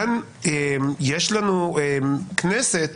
כאן יש לנו כנסת